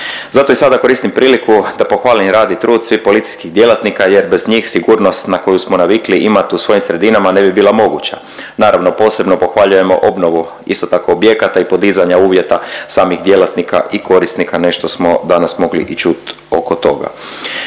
Zato i sada koristim priliku da pohvalim rad i trud svih policijskih djelatnika jer bez njih sigurnost na koju smo navikli imat u svojim sredinama ne bi bila moguća. Naravno posebno pohvaljujemo obnovu isto tako objekata i podizanja uvjeta samih djelatnika i korisnika nešto smo i danas mogli čuti oko toga.